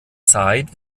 zeit